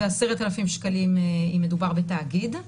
ו-10,000 שקלים אם מדובר בתאגיד.